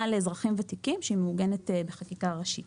לאזרחים ותיקים שמעוגנת בחקיקה ראשית.